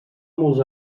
molts